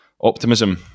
optimism